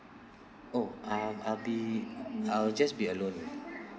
oh um I'll be I'll just be alone